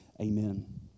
Amen